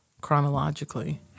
chronologically